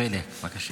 בחרוזים.